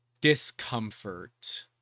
discomfort